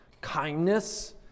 kindness